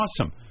awesome